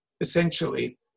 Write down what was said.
essentially